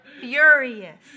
furious